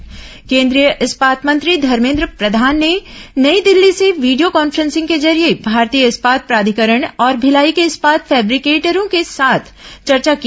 इस्पात मंत्री चर्चा केंद्रीय इस्पात मंत्री धर्मेन्द्र प्रधान ने नई दिल्ली से वीडियो कांफ्रेसिंग के जरिये भारतीय इस्पात प्राधिकरण और भिलाई के इस्पात फैब्रिकेटरों के साथ चर्चा की